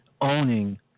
Owning